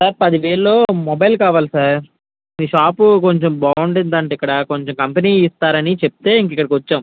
sir పదివేలులో mobile కావాలి sir మీ షాపు కొంచెం బాగుంటుందంట ఇక్కడ కొంచెం కంపెనీవి ఇస్తారని చెప్తే ఇంక ఇక్కడికి వచ్చాం